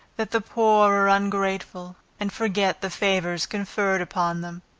that the poor are ungrateful, and forget the favors conferred upon them.